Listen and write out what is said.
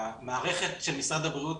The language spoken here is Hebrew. המערכת של משרד הבריאות